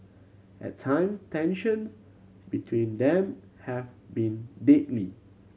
at time tension between them have been deadly